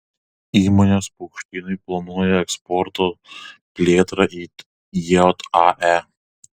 įmonės paukštynai planuoja eksporto plėtrą į jae